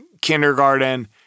kindergarten